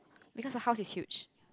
because the house is huge